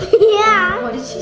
yeah. what did